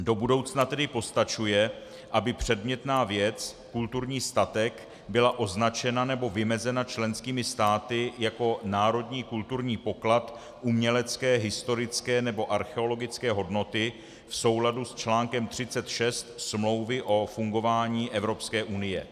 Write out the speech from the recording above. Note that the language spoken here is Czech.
Do budoucna tedy postačuje, aby předmětná věc, kulturní statek, byla označena nebo vymezena členskými státy jako národní kulturní poklad umělecké, historické nebo archeologické hodnoty v souladu s článkem 36 Smlouvy o fungování Evropské unie.